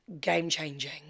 game-changing